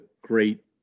great